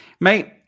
Mate